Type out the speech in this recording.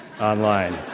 online